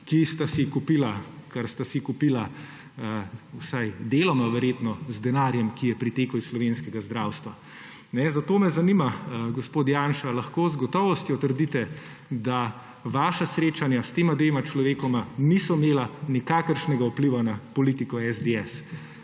ki sta si kupila, kar sta si kupila, vsaj deloma verjetno z denarjem, ki je pritekel iz slovenskega zdravstva. Zato me zanima, gospoda Janša: Ali lahko z gotovostjo trdite, da vaša srečanja s tem dvema človekoma niso imela nikakršnega vpliva na politiko SDS?